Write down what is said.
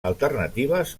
alternatives